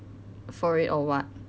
for it or what